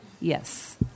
Yes